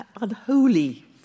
unholy